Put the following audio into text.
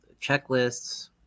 checklists